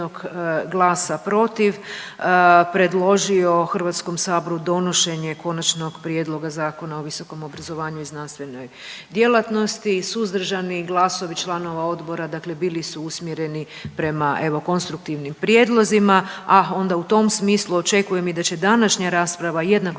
predložio HS-u donošenje Konačnog prijedloga Zakona o visokom obrazovanju i znanstvenoj djelatnosti. Suzdržani glasovi članovi Odbora dakle bili su usmjereni prema evo, konstruktivnim prijedlozima, a onda u tom smislu očekujem i da će današnja rasprava jednako